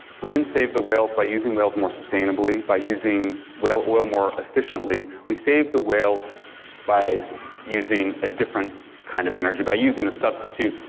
we didn't save the whales by using whales more sustainably, by using whale oil more efficiently, we saved the whales by using a different kind of energy, by using a substitute.